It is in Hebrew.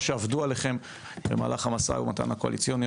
או שעבדו עליכם במהלך המשא ומתן הקואליציוני,